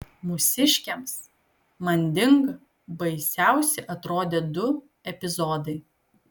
mūsiškiams manding baisiausi atrodė du epizodai